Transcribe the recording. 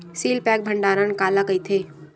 Seal pack भंडारण काला कइथे?